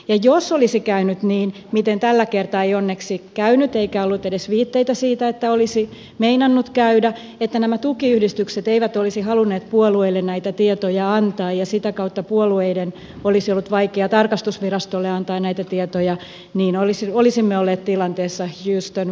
jos olisi käynyt niin miten tällä kertaa ei onneksi käynyt eikä ollut edes viitteitä siitä että olisi meinannut käydä että nämä tukiyhdistykset eivät olisi halunneet puolueille näitä tietoja antaa ja sitä kautta puolueiden olisi ollut vaikea tarkastusvirastolle antaa näitä tietoja olisimme olleet tilanteessa houston we have a problem